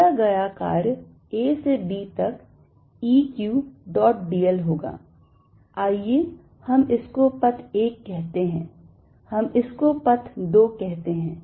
किया गया कार्य A से B तक E q dot d l होगा आइए हम इसको पथ 1 कहते हैं हम इसको पथ 2 कहते हैं